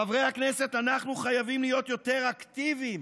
חברי הכנסת, אנחנו חייבים להיות יותר אקטיביים